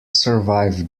survive